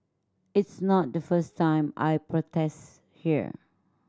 it's not the first time I protest here